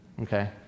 Okay